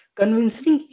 convincing